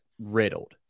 riddled